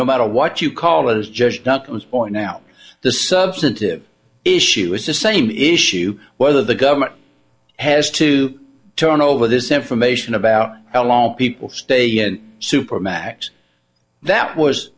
no matter what you call it is just duncan's point now the substantive issue is the same issue whether the government has to turn over this information about how long people stay in supermax that was